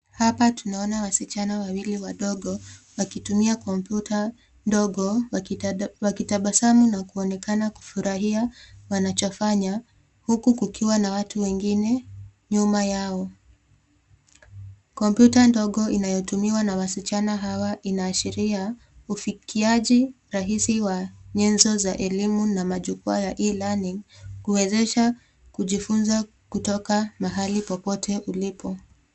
Hapa tunaona wasichana wawili wadogo wakitumia kompyuta ndogo wakitabasamu na kuonekana kufurahia wanachofanya huku kukiwa na watu wengine nyuma yao. Kompyuta ndogo inayotumiwa na wasichana hawa inaashiria ufikiaji rahisi wa nyenzo za elimu na majukwaa ya e-learnign kuiwezesha kujifunza kutoka mahali popote ulipo.